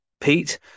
Pete